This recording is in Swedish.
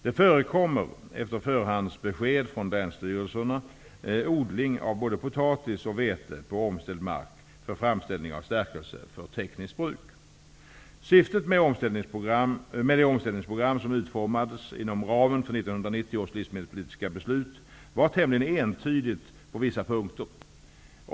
Det förekommer, efter förhandsbesked från länsstyrelserna, odling av både potatis och vete på omställd mark för framställning av stärkelse för tekniskt bruk. Syftet med det omställningsprogram som utformades inom ramen för 1990 års livsmedelspolitiska beslut var tämligen entydigt på vissa punkter.